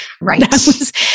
right